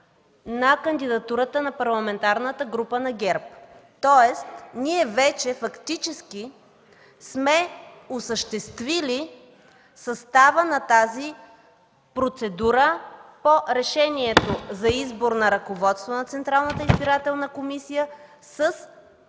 на кандидатурата на Парламентарната група на ГЕРБ. Тоест ние вече фактически сме осъществили състава на тази процедура по Решението за избор на ръководство на Централната избирателна комисия с